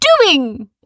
doing